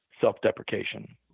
self-deprecation